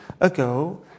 ago